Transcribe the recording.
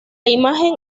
imagen